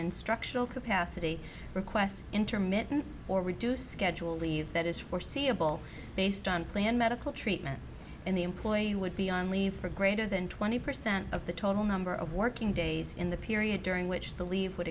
instructional capacity request intermittent or reduced schedule leave that is foreseeable based on plan medical treatment in the employee would be on leave for greater than twenty percent of the total number of working days in the period during which the leave would